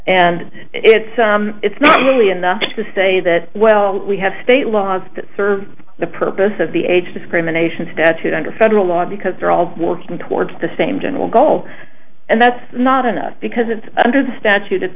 and it's it's not really enough to say that well we have state laws that serve the purpose of the age discrimination statute under federal law because they're all working towards the same general goal and that's not enough because it's under the statute it's